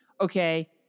okay